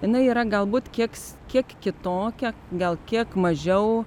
jinai yra galbūt kieks kiek kitokia gal kiek mažiau